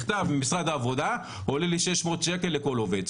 מכתב ממשרד העבודה עולה לי 600 שקלים לכל עובד.